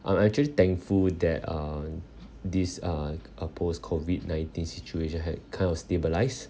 I'm actually thankful that uh this uh uh post-COVID nineteen situation had kind of stabilised